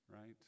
right